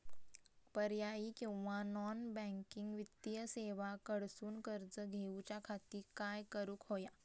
पर्यायी किंवा non banking वित्तीय सेवा कडसून कर्ज घेऊच्या खाती काय करुक होया?